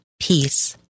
Peace